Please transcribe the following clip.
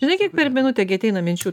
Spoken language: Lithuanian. žinai kiek per minutę gi ateina minčių